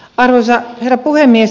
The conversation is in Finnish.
arvoisa herra puhemies